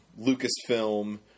Lucasfilm